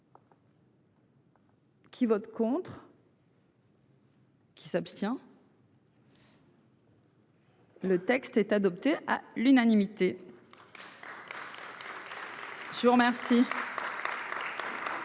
Qui vote contre. Qui s'abstient. Le texte est adopté à l'unanimité. Je vais suspendre